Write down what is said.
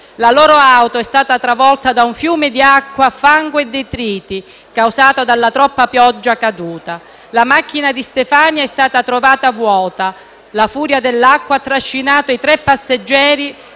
La loro auto è stata travolta da un fiume di acqua, fango e detriti causata dalla troppa pioggia caduta. La macchina di Stefania è stata trovata vuota. La furia dell'acqua ha trascinando i tre passeggeri